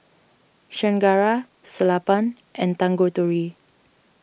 Chengara Sellapan and Tanguturi